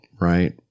right